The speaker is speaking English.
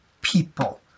people